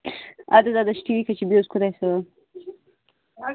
اَدٕ حَظ اَدٕ حَظ ٹھیٖک حَظ چھُ بیٚہہ حَظ خودایس حوال